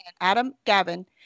adam.gavin